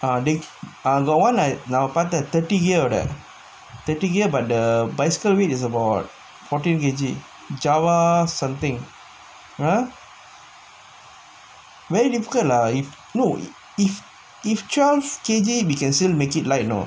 ah ah got one thirty gear thirty gear but the bicycle weight is about fourteen K_G java something very difficult lah if no if if twelve K_G you can still make it like you know